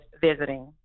visiting